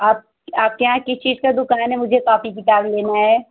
आप आपके यहाँ किस चीज़ की दुक़ान है मुझे कॉपी किताब लेनी है